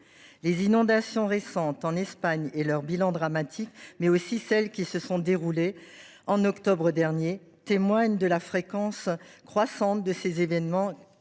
Les inondations récentes en Espagne, au bilan dramatique, mais aussi celles qui se sont déroulées en octobre dernier témoignent de la fréquence croissante de ces événements